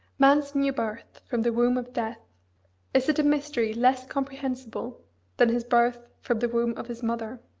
man's new birth from the womb of death is it a mystery less comprehensible than his birth from the womb of his mother?